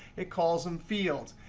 it calls them fields.